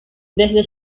desde